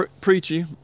preachy